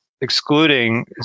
excluding